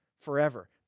forever